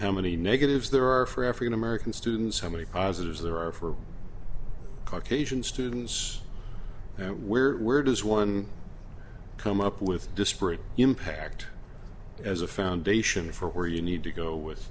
how many negatives there are for african american students how many positives there are for caucasian students and where were those one come up with disparate impact as a foundation for where you need to go with